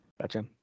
Gotcha